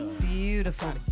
beautiful